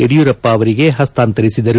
ಯಡಿಯೂರಪ್ಪ ಅವರಿಗೆ ಹಸ್ತಾಂತರಿಸಿದರು